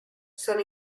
son